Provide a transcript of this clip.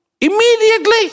Immediately